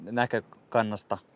näkökannasta